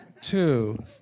Two